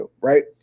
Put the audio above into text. right